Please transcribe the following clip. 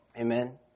amen